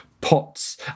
pots